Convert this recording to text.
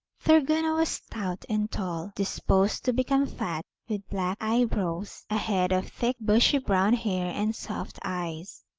thorgunna was stout and tall, disposed to become fat, with black eyebrows, a head of thick bushy brown hair, and soft eyes.